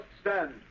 stand